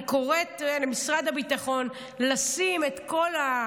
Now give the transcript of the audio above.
אני קוראת למשרד הביטחון לשים את כל,